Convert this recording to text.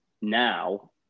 now